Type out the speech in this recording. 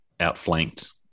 outflanked